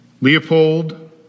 leopold